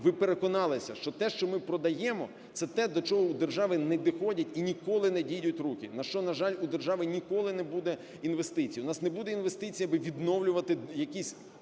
ви переконалися, що те, що ми продаємо, - це те, до чого в держави не доходять і ніколи не дійдуть руки, на що, на жаль, у держави ніколи не буде інвестицій, у нас не буде інвестицій, аби відновлювати якісь